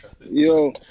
Yo